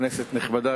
כנסת נכבדה,